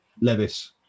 Levis